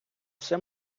все